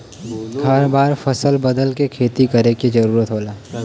हर बार फसल बदल के खेती करे क जरुरत होला